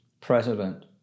president